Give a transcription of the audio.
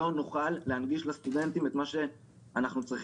לא נוכל להנגיש לסטודנטים את מה שצריך,